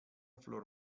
flor